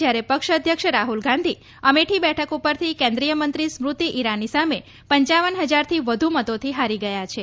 જયારે પક્ષ અધ્યક્ષ રાહુલ ગાંધી અમેઠી બેઠક ઉપરથી કેન્દ્રીય મંત્રી સ્મૃતિ ઇરાની સામે પપ હજારથ વ્ધુ મતોથી હારી ગયા છે